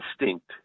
instinct